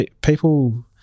people –